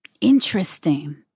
interesting